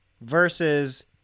versus